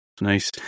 Nice